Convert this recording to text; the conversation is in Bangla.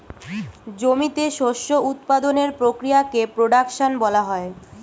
জমিতে শস্য উৎপাদনের প্রক্রিয়াকে প্রোডাকশন বলা হয়